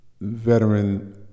Veteran